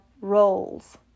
roles